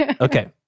Okay